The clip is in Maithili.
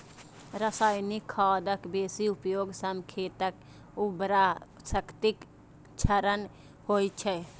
रासायनिक खादक बेसी उपयोग सं खेतक उर्वरा शक्तिक क्षरण होइ छै